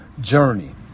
journey